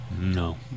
No